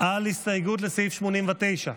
על הסתייגויות לסעיף 89,